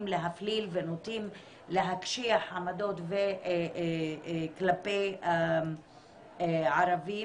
להפליל ונוטים להקשיח עמדות כלפי ערבים,